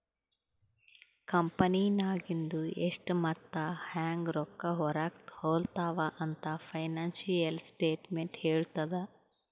ಕಂಪೆನಿನಾಗಿಂದು ಎಷ್ಟ್ ಮತ್ತ ಹ್ಯಾಂಗ್ ರೊಕ್ಕಾ ಹೊರಾಗ ಹೊಲುತಾವ ಅಂತ್ ಫೈನಾನ್ಸಿಯಲ್ ಸ್ಟೇಟ್ಮೆಂಟ್ ಹೆಳ್ತುದ್